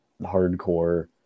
hardcore